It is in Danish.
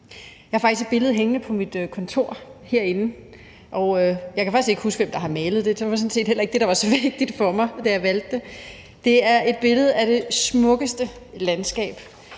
faktisk et billede hængende på mit kontor herinde. Jeg kan ikke huske, hvem der har malet det, men det var sådan set heller ikke det, der var så vigtigt for mig, da jeg valgte det. Det er et billede af det smukkeste landskab.